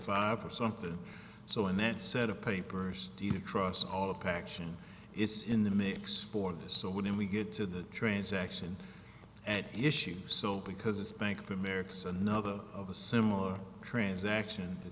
five or something so in that set of papers do you trust all the packaging it's in the mix for so when we get to the transaction and issues because it's bank of america it's another of a similar transaction that